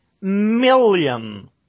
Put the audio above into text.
million